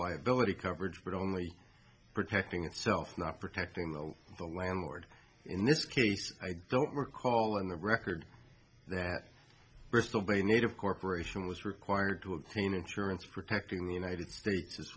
liability coverage but only protecting itself not protecting the landlord in this case i don't recall in the record that birth of a native corporation was required to obtain insurance protecting the united states as